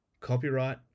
Copyright